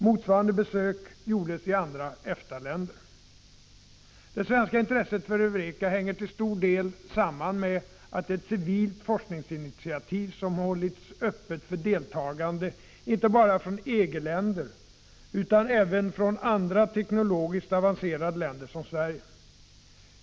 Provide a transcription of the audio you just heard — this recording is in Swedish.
Motsvarande besök gjordes i andra EFTA-länder. Det svenska intresset för EUREKA hänger till stor del samman med att det är ett civilt forskningsinitiativ som hållits öppet för deltagande inte bara från EG-länder utan även från andra teknologiskt avancerade länder som Sverige.